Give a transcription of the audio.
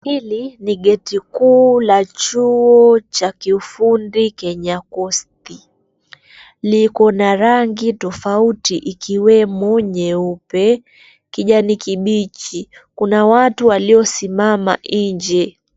Hili ni geti kuu la chuo cha kiufundi Kenya Coast liko na rangi tofauti ikiwemo nyeupe, kijani kibichi. Kuna watu waliosimama inje.